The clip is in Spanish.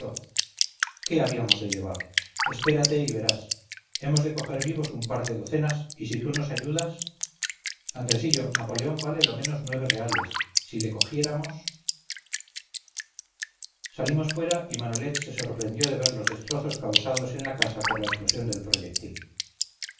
qué habíamos de llevar espérate y verás hemos de coger vivos un par de docenas y si tú nos ayudas andresillo napoleón vale lo menos nueve reales si le cogiéramos salimos fuera y manalet se sorprendió de ver los destrozos causados en la casa por la explosión del proyectil